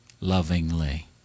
lovingly